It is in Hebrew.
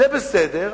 זה בסדר,